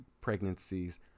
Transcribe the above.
pregnancies